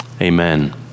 Amen